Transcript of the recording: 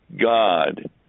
God